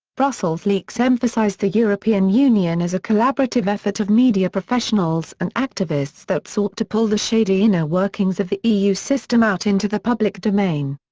brussels leaks emphasized the european union as a collaborative effort of media professionals and activists that sought to pull the shady inner workings of the eu system out into the public domain.